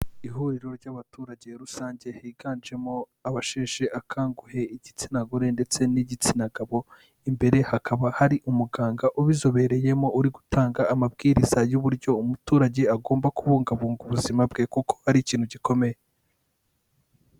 Ihuriro ry'abaturage rusange, higanjemo abasheshe akanguhe igitsina gore ndetse n'igitsina gabo, imbere hakaba hari umuganga ubizobereyemo uri gutanga amabwiriza y'uburyo umuturage agomba kubungabunga ubuzima bwe kuko ari ikintu gikomeye.